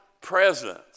presence